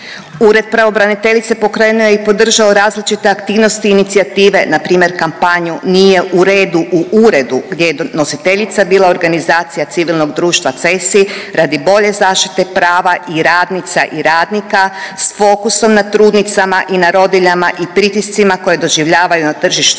Ured pravobraniteljice pokrenuo je i podržao različite aktivnosti i inicijative npr. kampanju „Nije u redu u uredu“ gdje je nositeljica bila Organizacija civilnog društva CESI radi bolje zaštite prava i radnica i radnika s fokusom na trudnicama i na rodiljama i pritiscima koje doživljavaju na tržištu